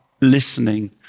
listening